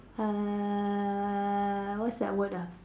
uh what's that word ah